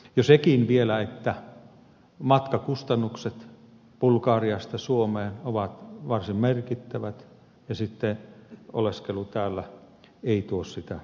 ja sekin vielä että matkakustannukset bulgariasta suomeen ovat varsin merkittävät ja oleskelu täällä ei tuo sitä ratkaisua